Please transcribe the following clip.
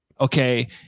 Okay